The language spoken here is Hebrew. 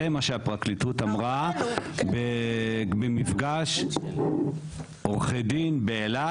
זה מה שהפרקליטות אמרה במפגש עורכי דין באילת.